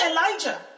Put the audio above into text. Elijah